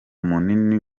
munini